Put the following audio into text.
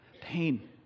Pain